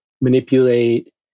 manipulate